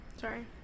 Sorry